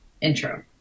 intro